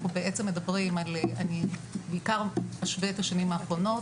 אני בעיקר אשווה את השנים האחרונות.